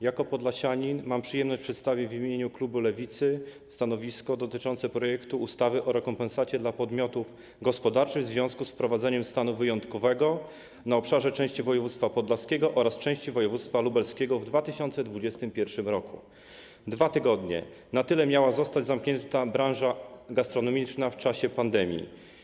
Jako Podlasianin mam przyjemność przedstawić w imieniu klubu Lewicy stanowisko dotyczące projektu ustawy o rekompensacie dla podmiotów gospodarczych w związku z wprowadzeniem stanu wyjątkowego na obszarze części województwa podlaskiego oraz części województwa lubelskiego w 2021 r. 2 tygodnie - na tyle miała zostać zamknięta branża gastronomiczna w czasie pandemii.